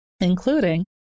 including